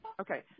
Okay